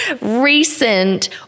recent